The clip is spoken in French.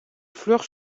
fleurs